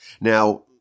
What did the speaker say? Now